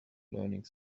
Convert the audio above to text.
learning